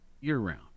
year-round